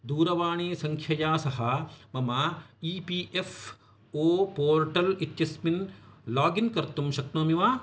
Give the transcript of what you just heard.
दूरवाणीसङ्ख्यया सह मम E P F O portal इत्यस्मिन् लागिन् कर्तुं शक्नोमि वा